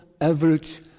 average